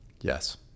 Yes